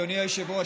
אדוני היושב-ראש,